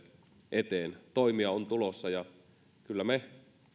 eteen toimia on tulossa ja kyllä me